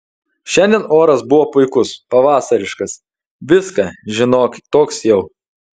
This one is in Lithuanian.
šiandien oras buvo puikus pavasariškas viską žinok toks jau